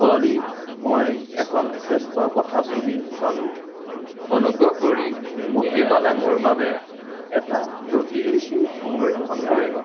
অ'লি মই এখন শ্ৰেষ্ঠ কথাছবি চালোঁ অনুগ্ৰহ কৰি মুক্তি পালে মোৰ বাবে এটা প্ৰতিলিপি সংৰক্ষণ কৰিবা